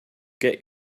get